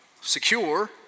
secure